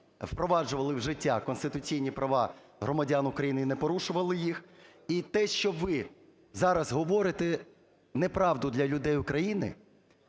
впроваджували в життя конституційні права громадян України і не порушували їх. І те, що ви зараз говорите неправду для людей України,